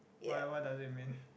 why why does it mean